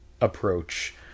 approach